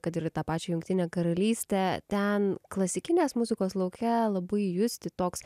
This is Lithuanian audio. kad ir į tą pačią jungtinę karalystę ten klasikinės muzikos lauke labai justi toks